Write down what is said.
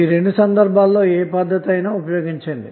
ఈ రెండు సందర్భాలలో ఏ పద్దతైనా ఉపయోగించండి